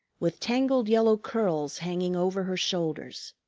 with tangled yellow curls hanging over her shoulders.